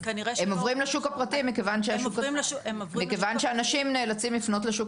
הם עוברים לשוק הפרטי מכיוון שאנשים נאלצים לפנות לשוק